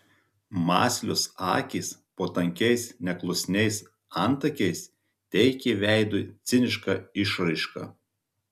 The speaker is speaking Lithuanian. mąslios akys po tankiais neklusniais antakiais teikė veidui cinišką išraišką